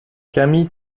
camille